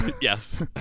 Yes